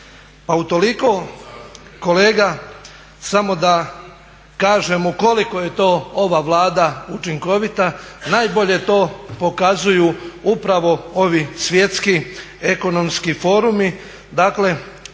utoliko kolega samo da kažemo koliko je to ova Vlada učinkovita, najbolje to pokazuju upravo ovi svjetski ekonomski forumi,